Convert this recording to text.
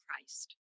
Christ